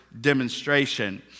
demonstration